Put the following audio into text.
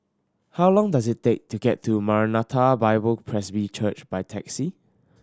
how long does it take to get to Maranatha Bible Presby Church by taxi